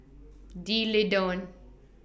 D'Leedon